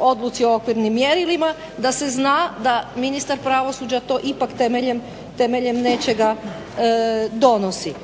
odluci o okvirnim mjerilima, da se zna da ministar pravosuđa to ipak temeljem nečega donosi.